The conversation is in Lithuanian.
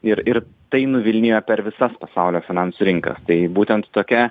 ir ir tai nuvilnijo per visas pasaulio finansų rinkas tai būtent tokia